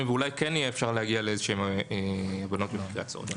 ואולי אפשר יהיה להגיע לאיזשהן הבנות במקרה הצורך.